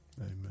Amen